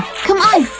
come on,